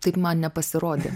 taip man nepasirodė